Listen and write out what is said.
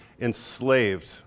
enslaved